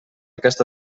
aquesta